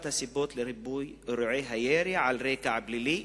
הסיבות לריבוי אירועי הירי על רקע פלילי.